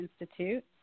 Institute